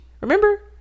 Remember